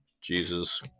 Jesus